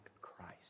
Christ